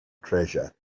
treasure